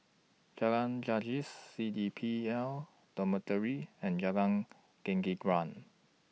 Jalan Gajus C D P L Dormitory and Jalan Gelenggang